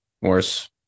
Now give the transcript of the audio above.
worse